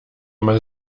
mal